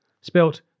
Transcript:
spelt